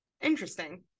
Interesting